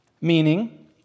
Meaning